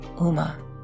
Uma